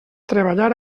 treballar